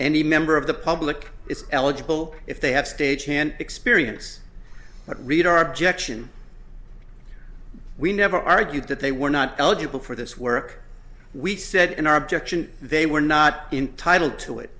any member of the public is eligible if they have stage hand experience but read our objection we never argued that they were not eligible for this work we said in our objection they were not entitle to it